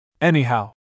Anyhow